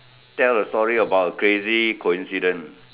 tell a story about a crazy coincidence